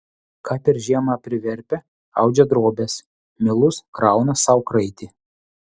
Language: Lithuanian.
ką per žiemą priverpia audžia drobes milus krauna sau kraitį